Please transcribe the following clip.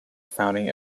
founding